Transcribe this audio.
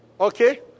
Okay